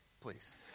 please